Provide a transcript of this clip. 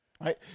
Right